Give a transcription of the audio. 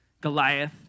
Goliath